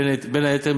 בין היתר,